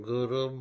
Guru